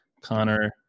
Connor